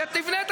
שתבנה את